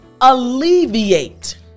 alleviate